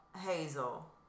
Hazel